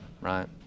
right